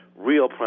real